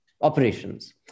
operations